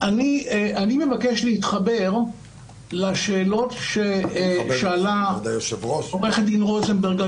אני מבקש להתחבר לשאלות ששאלה עורכת הדין רוזנברג,